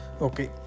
Okay